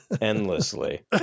Endlessly